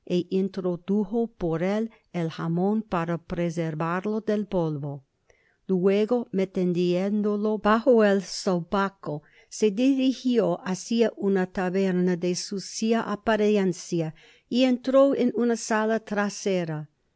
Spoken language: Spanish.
introdujo por él el jamon para preservarlo del polvo luego metiéndolo bajo el zobaco se dirijió hácia una taberna de sucia apariencia y entró en una sala trasera